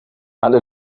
alle